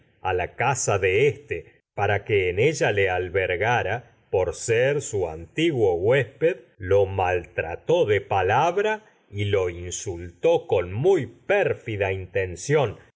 a la su casa de éste ella le albergara y ser antiguo huésped lo maltrató de palabra muy lo insultó con pérfida intención